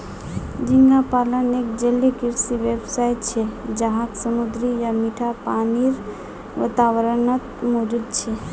झींगा पालन एक जलीय कृषि व्यवसाय छे जहाक समुद्री या मीठा पानीर वातावरणत मौजूद छे